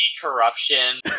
corruption